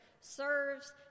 serves